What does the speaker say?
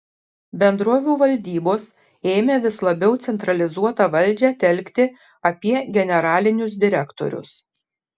bendrovių valdybos ėmė vis labiau centralizuotą valdžią telkti apie generalinius direktorius